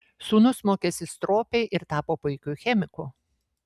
sūnus mokėsi stropiai ir tapo puikiu chemiku